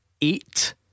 eight